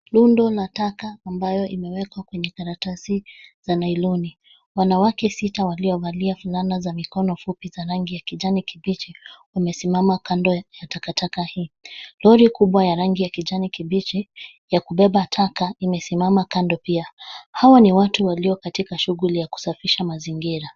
Rundo la taka ambayo imewekwa kwenye karatasi ya nailoni. Wanawake sita waliovalia fulana za mikono fupi za rangi ya kijani kibichi, wamesimama kando ya takataka hii. Lori kubwa ya rangi ya kijani kibichi la kubeba taka, limesimama kando pia. Hawa ni watu walio katika shughuli ya kusafisha mazingira.